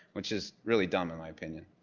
which is really dumb in my opinion.